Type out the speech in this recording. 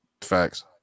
Facts